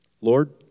Lord